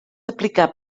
aplicar